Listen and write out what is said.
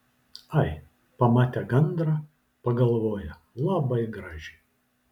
ai pamate gandrą pagalvoja labai graži